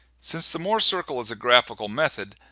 since the mohr circle is a graphical method,